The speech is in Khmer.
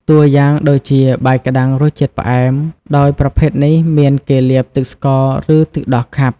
ទួយ៉ាងដូចជា បាយក្តាំងរសជាតិ ផ្អែម ដោយប្រភេទនេះមាន គេលាបទឹកស្ករ ឬទឹកដោះខាប់។